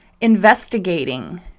investigating